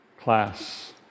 class